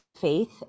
faith